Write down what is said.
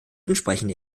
entsprechende